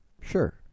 Sure